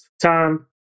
time